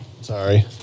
Sorry